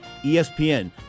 ESPN